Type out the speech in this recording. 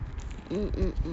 mm mm